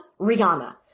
rihanna